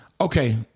Okay